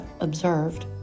observed